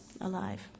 alive